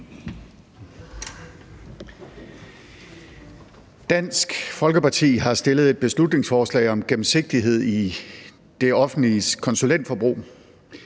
Dansk Folkeparti har fremsat et beslutningsforslag om gennemsigtighed i det offentliges konsulentforbrug.